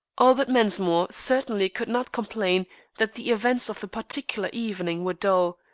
albert mensmore certainly could not complain that the events of the particular evening were dull.